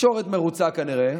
התקשורת מרוצה, כנראה,